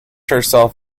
herself